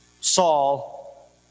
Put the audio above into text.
Saul